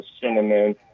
cinnamon